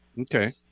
okay